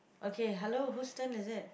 okay hello who's turn is it